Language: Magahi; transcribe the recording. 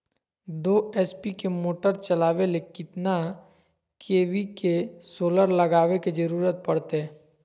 दो एच.पी के मोटर चलावे ले कितना के.वी के सोलर लगावे के जरूरत पड़ते?